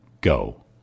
Go